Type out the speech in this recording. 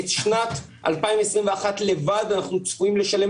בשנת 2021 לבד אנחנו צפויים לשלם,